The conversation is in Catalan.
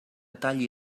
talli